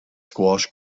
squash